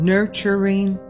Nurturing